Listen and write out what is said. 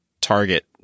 target